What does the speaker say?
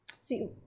See